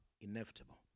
inevitable